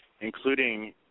including